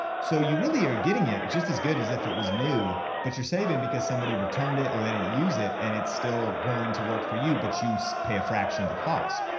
so you really are getting it just as good as if it was new but you're saving because somebody returned it or they didn't use it and it's still going to work for you but you pay a fraction of the cost.